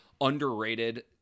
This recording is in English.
underrated